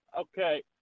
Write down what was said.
Okay